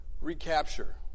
recapture